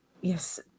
Yes